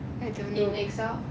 I don't know